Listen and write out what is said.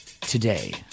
Today